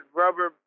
rubber